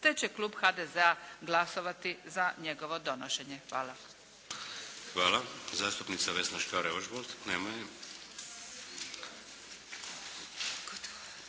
te će klub HDZ-a glasovati za njegovo donošenje. Hvala. **Šeks, Vladimir (HDZ)** Hvala. Zastupnica Vesna Škare Ožbolt. Nema je.